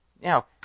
Now